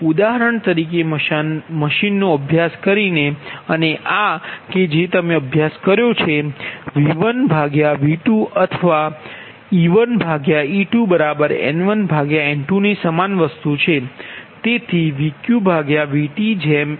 ઉદાહરણ તરીકે મશીન અભ્યાસ માટે અને આ કે જે તમે અભ્યાસ કર્યો છે V1 V2 અથવા e1 e2N1 N2સમાન વસ્તુ છે